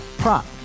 Prop